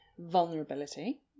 vulnerability